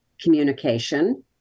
communication